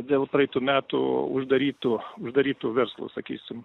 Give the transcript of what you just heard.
dėl praeitų metų uždarytų uždarytų verslų sakysim